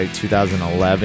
2011